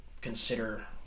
consider